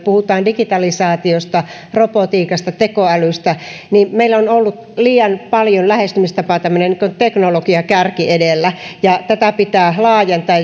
puhutaan digitalisaatiosta robotiikasta tai tekoälystä meillä on ollut liian paljon lähestymistapana tämmöinen teknologiakärki edellä ja tätä pitää laajentaa